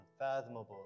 unfathomable